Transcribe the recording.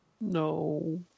no